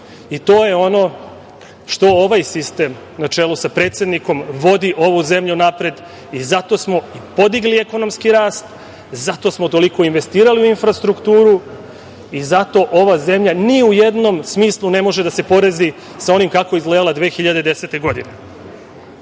To je ono što ovaj sistem na čelu sa predsednikom vodi ovu zemlju napred i zato smo podigli ekonomski rast, zato smo toliko investirali u infrastrukturu i zato ova zemlja ni u jednom smislu ne može da se poredi sa onim kako je izgledala 2010.